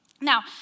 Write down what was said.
Now